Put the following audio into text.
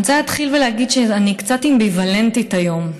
אני רוצה להתחיל ולהגיד שאני קצת אמביוולנטית היום.